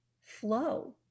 flow